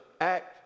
act